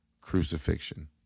crucifixion